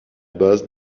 base